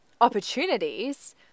opportunities